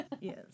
Yes